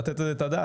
לתת על זה את הדעת.